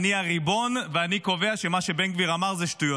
אני הריבון ואני קובע שמה שבן גביר אמר זה שטויות.